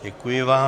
Děkuji vám.